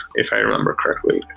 if i remember correctly.